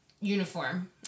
uniform